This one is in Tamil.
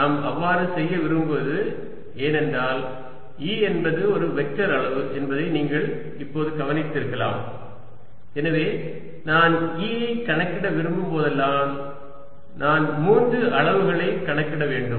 நாம் அவ்வாறு செய்ய விரும்புவது ஏனென்றால் E என்பது ஒரு வெக்டர் அளவு என்பதை நீங்கள் இப்போது கவனித்திருக்கலாம் எனவே நான் E ஐ கணக்கிட விரும்பும் போதெல்லாம் நான் மூன்று அளவுகளை கணக்கிட வேண்டும்